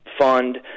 fund